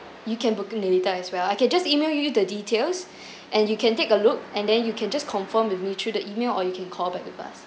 you can book it later as well I can just email you the details and you can take a look and then you can just confirm with me through the email or you can call back with us